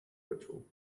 ritual